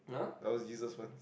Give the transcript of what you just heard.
I was Jesus once